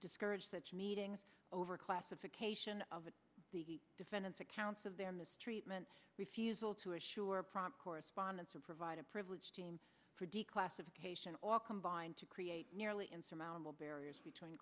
discourage such meetings overclassification of the defendants accounts of their mistreatment refusal to assure prompt correspondence and provide a privileged team for declassification all combined to create nearly insurmountable barriers between